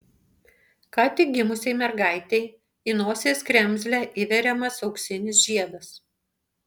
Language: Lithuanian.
ką tik gimusiai mergaitei į nosies kremzlę įveriamas auksinis žiedas